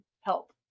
help